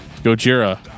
Gojira